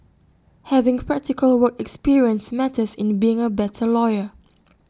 having practical work experience matters in being A better lawyer